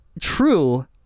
true